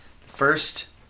first